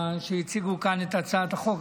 שהציגו כאן את הצעת החוק.